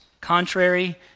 contrary